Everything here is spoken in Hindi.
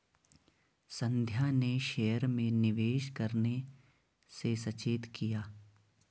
संध्या ने शेयर में निवेश करने से सचेत किया